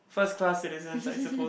first class citizens I suppose